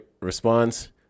response